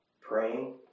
Praying